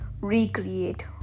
recreate